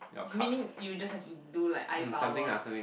meaning you just have to do like eye power